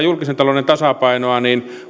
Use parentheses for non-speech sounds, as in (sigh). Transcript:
(unintelligible) julkisen talouden tasapainoa niin